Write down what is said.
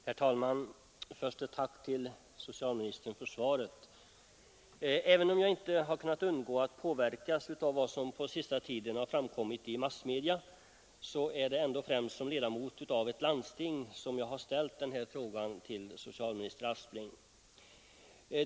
Herr talman! Först ett tack till socialministern för svaret. Även om jag inte kunnat undgå att påverkas av vad som på senaste tiden framkommit i massmedia är det främst som ledamot av ett landsting jag ställt frågan till socialminister Aspling.